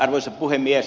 arvoisa puhemies